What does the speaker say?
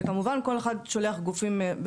וכמובן כל אחד שולח גופים.